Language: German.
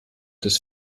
des